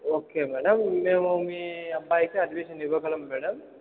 okay madam మేము మీ అబ్బాయికి అడ్మిషన్ ఇవ్వగలము మేడం